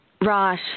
right